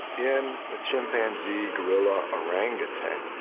in a chimpanzee, gorilla or orangutan,